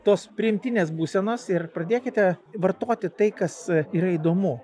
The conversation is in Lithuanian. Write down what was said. tos priimtinės būsenos ir pradėkite vartoti tai kas yra įdomu